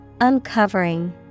Uncovering